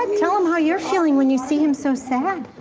and tell him how you're feeling when you see him so sad